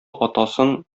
атасын